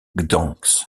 gdańsk